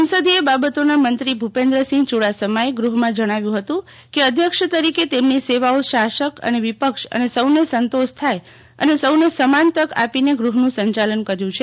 સંસંદીય બાબતોના મંત્રી ભુપેન્દ્રસિંહ ચુડાસમાએ ગૃહમાં જણાવ્યું હતું કે અધ્યક્ષ તરીકે તેમની સેવાઓ શાસક અને વિપક્ષ અને સૌને સંતોષ થાય અને સૌને સમાન તક આપીને ગૃહનું સંચાલન કર્યું છે